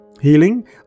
Healing